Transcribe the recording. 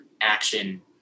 action